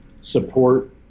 support